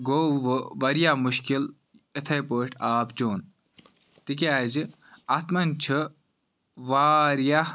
گوٚو وۄنۍ واریاہ مُشکِل یِتھے پٲٹھۍ آب چیوٚن تکیازِ اَتھ مَنٛز چھُ واریاہ